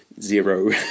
zero